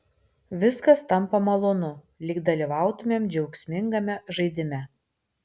viskas tampa malonu lyg dalyvautumėm džiaugsmingame žaidime